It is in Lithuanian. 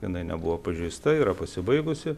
jinai nebuvo pažeista yra pasibaigusi